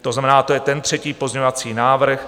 To znamená, to je ten třetí pozměňovací návrh.